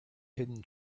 hidden